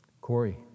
Corey